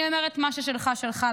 אני אומרת, מה ששלך, שלך.